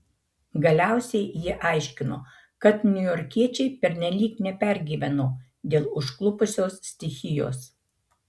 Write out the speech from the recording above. galiausiai ji aiškino kad niujorkiečiai pernelyg nepergyveno dėl užklupusios stichijos